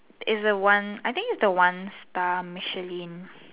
is a one I think is a one star Michelin